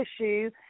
issue